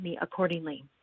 accordingly